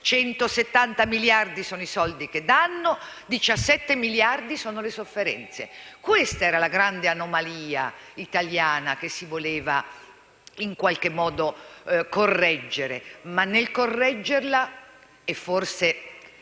170 miliardi sono i soldi che danno e 17 miliardi sono le sofferenze. Questa era la grande anomalia italiana che si voleva correggere. Nel correggerla però